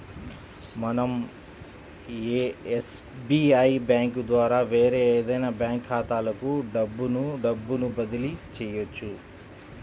మనం SBI bank ద్వారా వేరే ఏదైనా బ్యాంక్ ఖాతాలకు డబ్బును డబ్బును బదిలీ చెయ్యొచ్చు